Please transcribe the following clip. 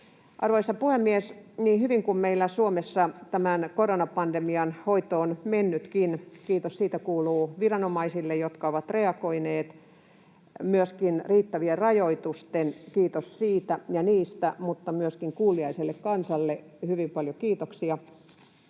Arvoisa puhemies! Niin hyvin kuin meillä Suomessa tämän koronapandemian hoito on mennytkin — kiitos siitä kuuluu viranomaisille, jotka ovat reagoineet, ja myöskin riittäville rajoituksille, kiitos siitä ja niistä, ja myöskin kuuliaiselle kansalle hyvin paljon kiitoksia